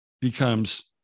becomes